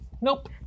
Nope